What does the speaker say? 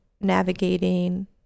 navigating